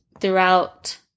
throughout